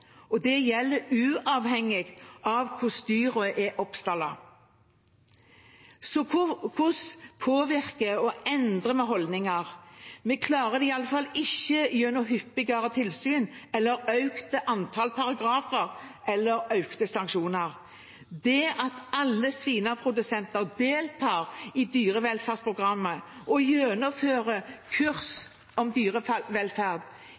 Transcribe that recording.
og det gjelder uavhengig av hvordan dyr er oppstallet. Så hvordan påvirker og endrer vi holdninger? Vi klarer det i alle fall ikke gjennom hyppigere tilsyn eller et økt antall paragrafer og sanksjoner. Det at alle svineprodusenter deltar i dyrevelferdsprogrammet og